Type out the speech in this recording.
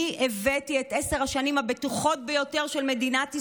אני הבאתי את עשר השנים הבטוחות ביותר של מדינת ישראל.